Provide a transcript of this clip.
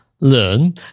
learn